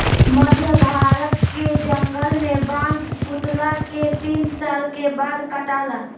मध्य भारत के जंगल में बांस फुटला के तीन साल के बाद काटाला